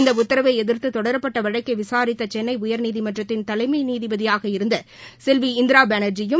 இந்த உத்தரவை எதிர்த்து தொடரப்பட்ட வழக்கை விசாரித்த சென்னை உயர்நீதிமன்றத்தின் தலைமை நீதிபதியாக இருந்த செல்வி இந்திரா பானா்ஜியும்